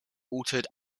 altered